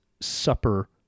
supper